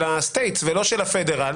של ה-states ולא של הפדרל.